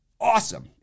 awesome